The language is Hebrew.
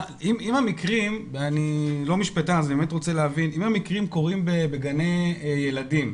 המקרים ואני לא משפטן ואני באמת רוצה להבין קורים בגני ילדים,